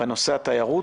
בנושא התיירות.